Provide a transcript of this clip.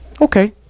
okay